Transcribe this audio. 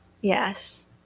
yes